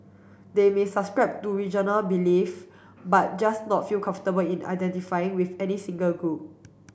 they may subscribe to belief but just not feel comfortable in identifying with any single group